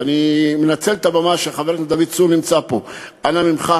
ואני מנצל את הבמה כשחבר הכנסת דוד צור נמצא פה: אנא ממך,